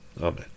Amen